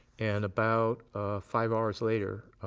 and about five hours later,